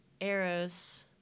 arrows